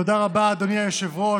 תודה רבה, אדוני היושב-ראש.